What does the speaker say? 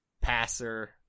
passer